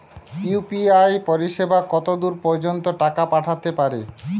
UPI পরিসেবা কতদূর পর্জন্ত টাকা পাঠাতে পারি?